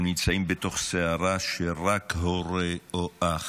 הם נמצאים בתוך סערה שרק הורה או אח